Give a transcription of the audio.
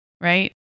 Right